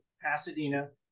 Pasadena